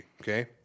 okay